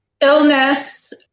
illness